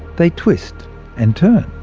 they twist and turn.